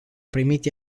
primit